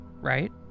right